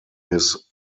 his